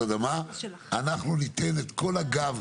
הממשלה שעד שלא יהיה לנו ברור השרשור של עץ המבנה הזה,